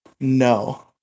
No